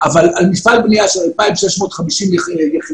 אבל על מפעל בנייה של 2,650 יחידות.